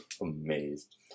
amazed